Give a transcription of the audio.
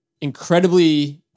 incredibly